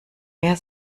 mehr